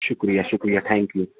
شکریہ شکریہ thank you